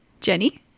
Jenny